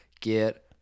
Get